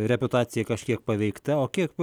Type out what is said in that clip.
reputacijai kažkiek paveikta o kiek